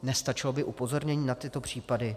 Nestačilo by pouhé upozornění na tyto případy?